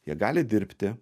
jie gali dirbti